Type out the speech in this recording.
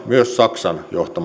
myös saksan johtama taisteluosasto